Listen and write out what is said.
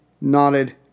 nodded